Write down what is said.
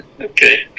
Okay